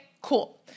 cool